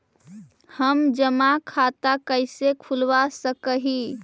हम जमा खाता कैसे खुलवा सक ही?